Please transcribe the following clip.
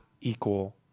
equal